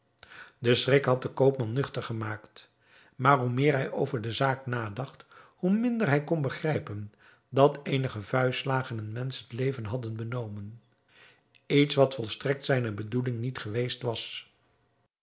de schrik had den koopman nuchter gemaakt maar hoe meer hij over de zaak nadacht hoe minder hij kon begrijpen dat eenige vuistslagen een mensch het leven hadden benomen iets wat volstrekt zijne bedoeling niet geweest was